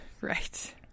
Right